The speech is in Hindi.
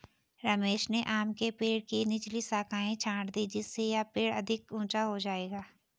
रमेश ने आम के पेड़ की निचली शाखाएं छाँट दीं जिससे यह पेड़ अधिक ऊंचा हो जाएगा